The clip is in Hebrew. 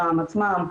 השע"ם עצמם,